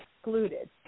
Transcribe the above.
excluded